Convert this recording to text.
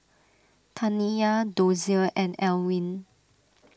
Taniya Dozier and Elwyn